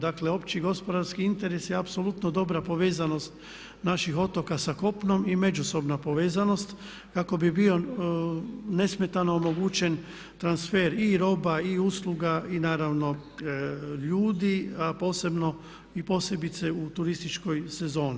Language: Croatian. Dakle opći gospodarski interesi, apsolutno dobra povezanost naših otoka sa kopnom i međusobna povezanost kako bi bio nesmetano omogućen transfer i roba i usluga i naravno ljudi a posebno i posebice u turističkoj sezoni.